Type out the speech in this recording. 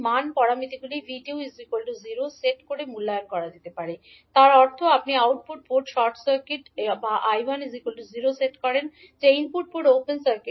মান প্যারামিটারগুলি 𝐕2 0 সেট করে মূল্যায়ন করা যেতে পারে তার অর্থ আপনি আউটপুট পোর্ট শর্ট সার্কিট বা 𝐈1 0 সেট করেন যা ইনপুট পোর্ট ওপেন সার্কিট